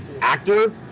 actor